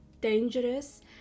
dangerous